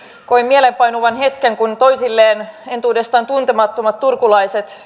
koin mieleenpainuvan hetken kun toisilleen entuudestaan tuntemattomat turkulaiset